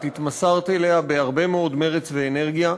את התמסרת אליה בהרבה מאוד מרץ ואנרגיה.